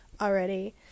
already